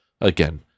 Again